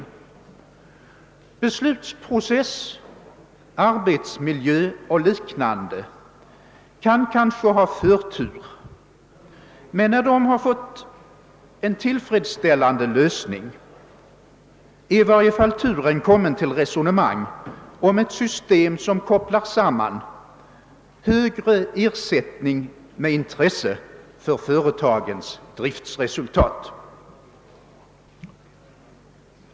Frågor om beslutsprocessen, arbetsmiljö och liknande bör kanske ha förtur, men när de har fått en tillfredsställande lösning är i varje fall turen kommen till resonemang om ett system som kopplar samman högre ersättning med intresse för företagens driftsresultat.